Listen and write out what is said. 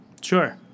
sure